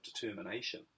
determination